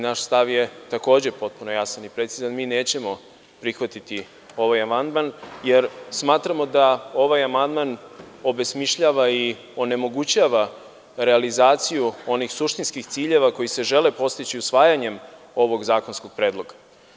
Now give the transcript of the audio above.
Naš stav je takođe potpuno jasan i precizan, mi nećemo prihvatiti ovaj amandman, jer smatramo da ovaj amandman obesmišljava i onemogućava realizaciju onih suštinskih ciljeva koji se žele postići usvajanjem ovog zakonskog predloga.